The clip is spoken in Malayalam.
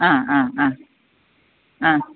ആ ആ ആ ആ